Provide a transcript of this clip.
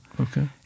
okay